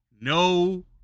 No